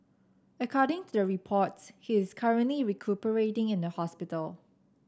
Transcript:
according to the reports he is currently recuperating in the hospital